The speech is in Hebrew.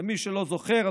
למי שלא זוכר,